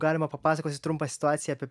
galima papasakosiu trumpą situaciją apie